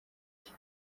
cye